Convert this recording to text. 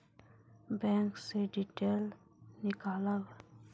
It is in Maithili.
बैंक से डीटेल नीकालव?